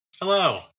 Hello